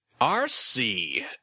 RC